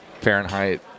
Fahrenheit